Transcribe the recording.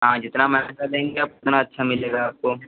हाँ जितना महंगा लेंगे आप उतना अच्छा मिलेगा आपको